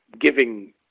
giving